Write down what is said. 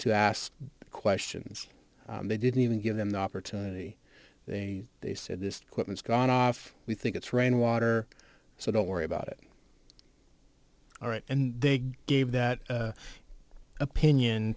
to ask questions they didn't even give them the opportunity they they said this equipment is gone off we think it's rainwater so don't worry about it all right and they gave that opinion